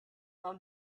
from